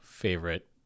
favorite